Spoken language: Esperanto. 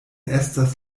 estas